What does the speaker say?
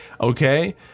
okay